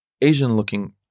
Asian-looking